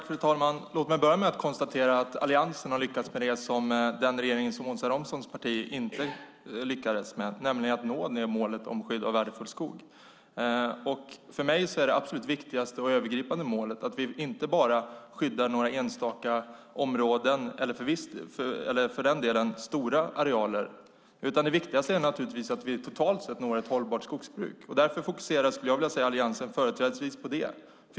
Fru talman! Låt mig att börja konstatera att Alliansen har lyckats med det som den regering som Åsa Romsons parti stödde inte lyckades med, nämligen att nå målet om skydd av värdefull skog. För mig är det absolut viktigaste och övergripande målet att vi inte bara skyddar några enstaka områden, eller för den delen stora arealer, utan totalt sett når ett hållbart skogsbruk. Därför fokuserar Alliansen företrädesvis på det.